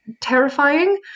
terrifying